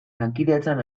lankidetzan